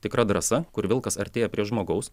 tikra drąsa kur vilkas artėja prie žmogaus